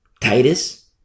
Titus